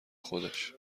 خودش